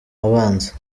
abanzi